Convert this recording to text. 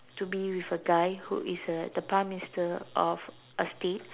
to be with a guy who is a the prime minister of a state